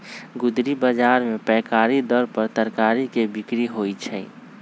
गुदरी बजार में पैकारी दर पर तरकारी के बिक्रि होइ छइ